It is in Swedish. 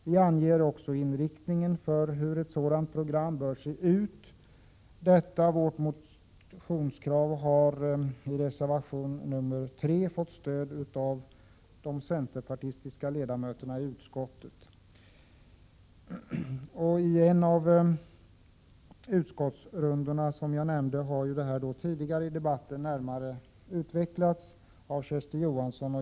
Vi anger också inriktningen för ett sådant program. Detta vårt motionskrav har fått stöd i reservation 3 av de centerpartistiska ledamöterna i arbetsmarknadsutskottet. Jag hänvisar till de utskottsrundor som har varit och till att detta, som jag tidigare nämnt, närmare har utvecklats av Kersti Johansson.